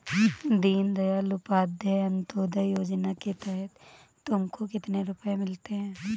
दीन दयाल उपाध्याय अंत्योदया योजना के तहत तुमको कितने रुपये मिलते हैं